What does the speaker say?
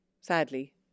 sadly